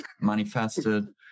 manifested